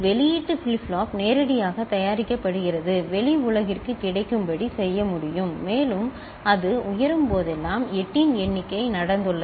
வெளியீட்டு flip flop நேரடியாக தயாரிக்கப்படுகிறது வெளி உலகிற்கு கிடைக்கும்படி செய்ய முடியும் மேலும் அது உயரும் போதெல்லாம் 8 இன் எண்ணிக்கை நடந்துள்ளது